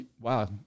wow